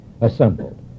assembled